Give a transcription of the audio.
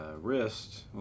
wrist